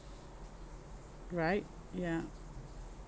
right ya